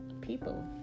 people